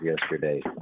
yesterday